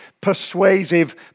persuasive